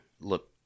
look